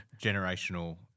generational